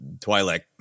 Twilight